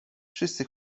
wszyscy